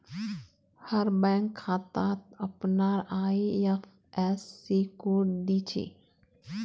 हर bank खातात अपनार IFSC code दि छे